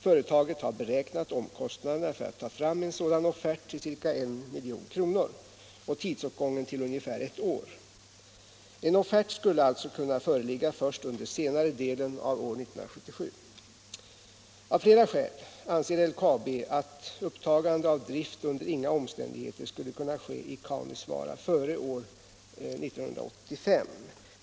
Företaget har beräknat kostnaderna för att ta fram en sådan offert till ca 1 milj.kr. och tidsåtgången till ungeför ett år. En offert. —Mm skulle alltså kunna föreligga först under senare delen av år 1977. Av Om gruvbrytning i flera skäl anser LKAB att ett upptagande av drift under inga omstän = Kaunisvaara digheter skulle kunna ske i Kaunisvaara före år 1985.